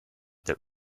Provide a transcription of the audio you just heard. that